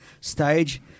stage